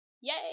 yay